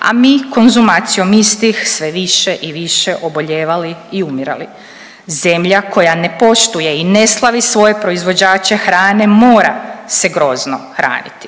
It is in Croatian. a mi konzumacijom istih sve više i više oboljevali i umirali. Zemlja koja ne poštuje i ne slavi svoje proizvođače hrane mora se grozno hraniti,